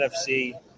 NFC